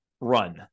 run